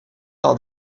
par